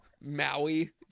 Maui